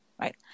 right